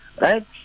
Right